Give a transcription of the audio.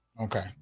okay